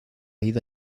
ida